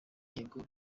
yego